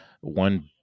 one